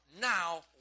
now